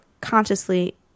consciously